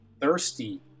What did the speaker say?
thirsty